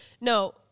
no